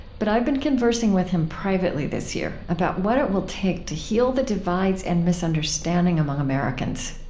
but i've been conversing with him privately this year about what it will take to heal the divides and misunderstanding among americans.